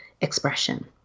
expression